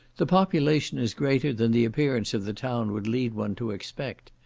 the population is greater than the appearance of the town would lead one to expect.